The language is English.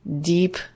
deep